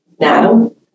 now